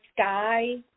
sky